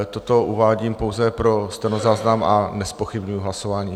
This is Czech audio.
Toto uvádím pouze pro stenozáznam a nezpochybňuji hlasování.